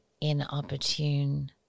inopportune